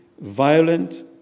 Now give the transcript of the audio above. violent